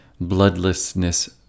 bloodlessness